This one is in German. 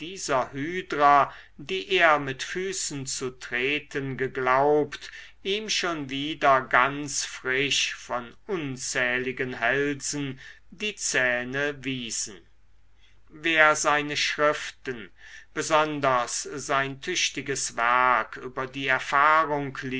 die er mit füßen zu treten geglaubt ihm schon wieder ganz frisch von unzähligen hälsen die zähne wiesen wer seine schriften besonders sein tüchtiges werk über die erfahrung